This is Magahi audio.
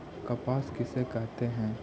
कपास किसे कहते हैं?